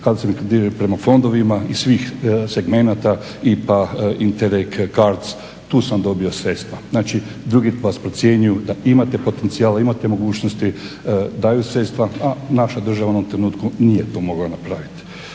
mogli proći … prema fondovima i svih segmenata, IPA, …, CARDS, tu sam dobio sredstva. Znači drugi vas procjenjuju da imate potencijala, imate mogućnosti, daju sredstva, a naša država u onom trenutku nije to mogla napraviti.